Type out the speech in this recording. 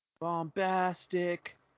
Bombastic